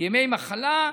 ימי מחלה.